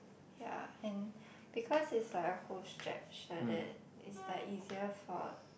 ya and because it's like a whole stretch like that it's like easier for